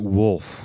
wolf